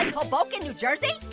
hoboken, new jersey?